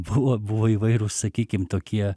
buvo buvo įvairūs sakykim tokie